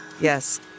Yes